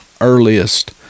earliest